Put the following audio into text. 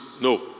No